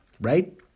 right